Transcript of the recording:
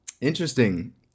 Interesting